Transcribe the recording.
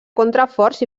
contraforts